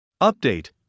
Update